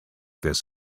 this